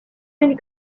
many